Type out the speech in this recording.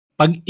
pag